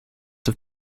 have